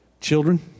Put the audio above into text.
children